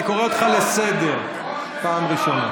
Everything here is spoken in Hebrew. חבר הכנסת עודה, אני קורא אותך לסדר פעם ראשונה.